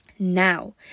Now